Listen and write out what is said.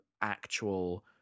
actual